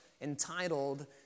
entitled